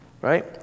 Right